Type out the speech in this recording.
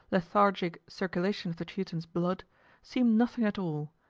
lethargic circulation of the teuton's blood seem nothing at all,